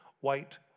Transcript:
white